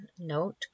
Note